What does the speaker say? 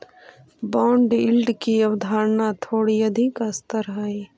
bond yield की अवधारणा थोड़ी अधिक स्तर हई